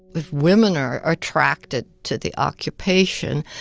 if women are are attracted to the occupation,